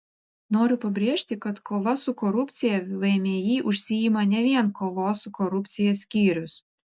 noriu pabrėžti kad kova su korupcija vmi užsiima ne vien kovos su korupcija skyrius